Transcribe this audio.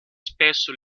spesso